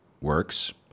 works